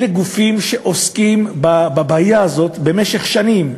אלה גופים שעוסקים בבעיה הזאת במשך שנים.